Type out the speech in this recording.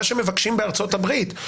מה שמבקשים בארצות הברית,